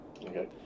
Okay